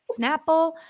Snapple